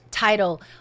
title